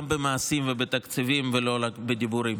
גם במעשים ובתקציבים ולא רק בדיבורים.